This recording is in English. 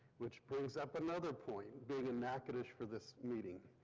which brings up another point, big in natchitoches for this meeting.